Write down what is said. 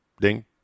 ding